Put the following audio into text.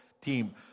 team